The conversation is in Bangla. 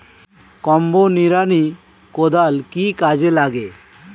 কম্বো নিড়ানি কোদাল কি কাজে লাগে?